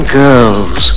girls